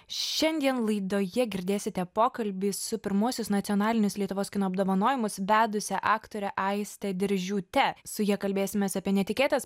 šiandien laidoje girdėsite pokalbį su pirmuosius nacionalinius lietuvos kino apdovanojimus vedusia aktore aiste diržiūte su ja kalbėsimės apie netikėtas